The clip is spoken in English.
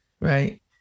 right